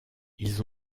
ils